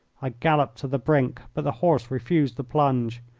i galloped to the brink, but the horse refused the plunge.